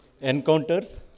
encounters